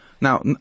Now